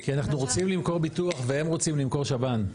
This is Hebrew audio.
כי אנחנו רוצים למכור ביטוח והם רוצים למכור שב"ן.